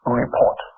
report